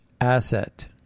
asset